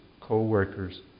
co-workers